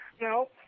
No